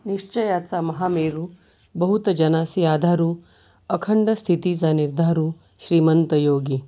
निश्चयाचा महामेरू बहुत जनासी आधारू अखंड स्थितीचा निर्धारू श्रीमंतयोगी